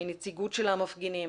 מנציגות של המפגינים,